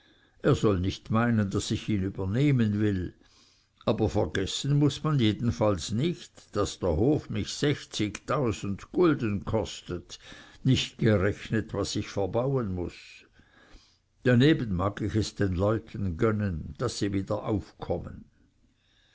er soll nicht meinen daß ich ihn übernehmen will aber vergessen muß man jedenfalls nicht daß der hof mich sechzigtausend gulden kostet nicht gerechnet was ich verbauen muß daneben mag ich es den leuten gönnen daß sie wieder aufkommen